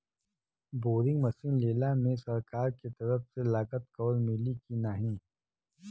Boring machine लेला मे सरकार के तरफ से लागत कवर मिली की नाही?